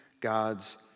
God's